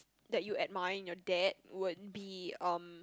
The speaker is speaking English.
that you admire in your dad would be um